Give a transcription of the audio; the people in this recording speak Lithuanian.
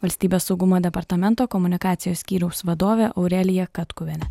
valstybės saugumo departamento komunikacijos skyriaus vadovė aurelija katkuvienė